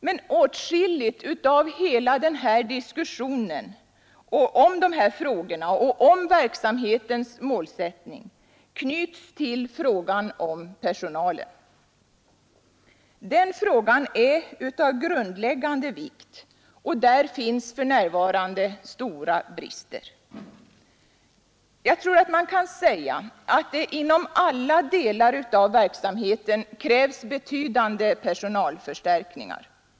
Men åtskilligt av hela den här diskussionen om förskoleverksamheten och dess målsättning knyts till frågan om personalen. Den frågan är av grundläggande vikt, och där finns för närvarande stora brister. Jag tror att man kan säga att det inom alla delar av verksamheten krävs betydande personalförstärkningar.